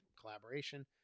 collaboration